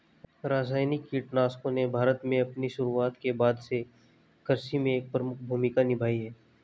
रासायनिक कीटनाशकों ने भारत में अपनी शुरुआत के बाद से कृषि में एक प्रमुख भूमिका निभाई है